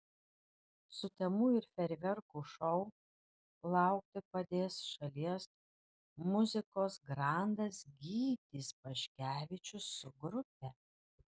sutemų ir fejerverkų šou laukti padės šalies muzikos grandas gytis paškevičius su grupe